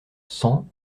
cent